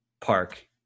Park